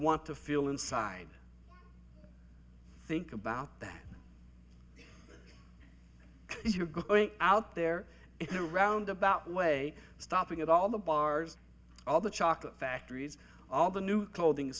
want to feel inside think about that you're going out there in a roundabout way stopping at all the bars all the chocolate factories all the new clothing